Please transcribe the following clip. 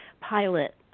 pilot